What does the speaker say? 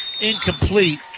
Incomplete